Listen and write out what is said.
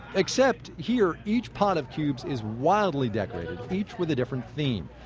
except here, each pod of cubes is wildly decorated, each with a different theme.